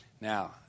Now